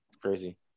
Crazy